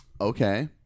okay